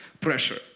Pressure